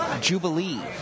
Jubilee